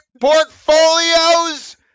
portfolios